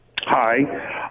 Hi